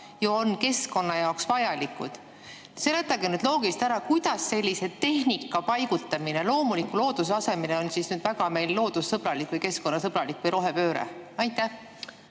on keskkonna jaoks vajalikud. Seletage nüüd loogiliselt ära, kuidas sellise tehnika paigutamine loomuliku looduse asemele on meil nüüd väga loodussõbralik, keskkonnasõbralik või rohepööre. Ma